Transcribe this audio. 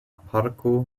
parko